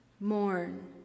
Mourn